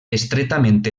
estretament